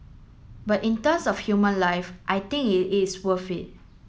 but in terms of human life I think it is worth it